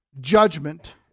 Judgment